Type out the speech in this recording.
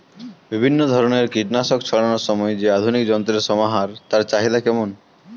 বিভিন্ন ধরনের কীটনাশক ছড়ানোর যে আধুনিক যন্ত্রের সমাহার তার চাহিদা কেমন?